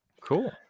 Cool